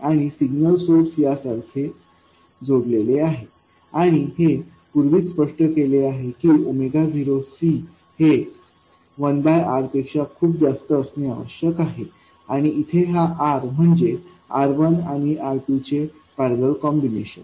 आणि signal source यासारखे जोडलेले आहे आणि हे पूर्वीचे स्पष्ट केले आहे की 0C हे 1R पेक्षा खूप जास्त असणे आवश्यक आहे आणि इथे हा R म्हणजेR1आणिR2चे पैरलेल कॉम्बिनेशन